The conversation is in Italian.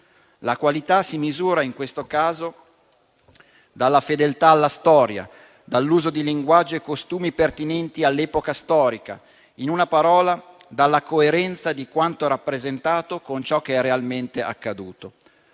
La qualità si misura, in questo caso, dalla fedeltà alla storia, dall'uso di linguaggio e costumi pertinenti all'epoca storica, in una parola dalla coerenza di quanto rappresentato con ciò che è realmente accaduto.